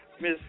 Miss